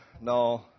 no